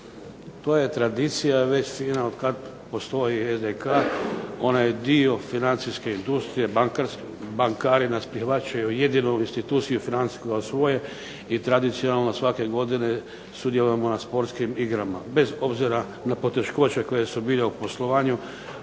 jest da je …/Ne razumije se./…, ona je dio financijske industrije, bankari nas prihvaćaju …/Ne razumije se./… instituciju financijsku kao svoje i tradicionalno svake godine sudjelujemo na sportskim igrama, bez obzira na poteškoće koje su bile u poslovanju,